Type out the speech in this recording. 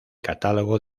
catálogo